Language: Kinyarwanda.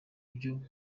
byo